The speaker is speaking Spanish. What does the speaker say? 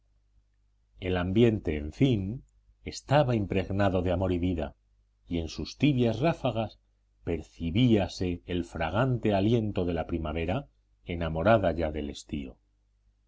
el ambiente en fin estaba impregnado de amor y vida y en sus tibias ráfagas percibíase el fragante aliento de la primavera enamorada ya del estío